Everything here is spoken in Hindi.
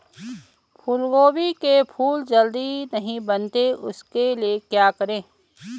फूलगोभी के फूल जल्दी नहीं बनते उसके लिए क्या करें?